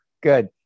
Good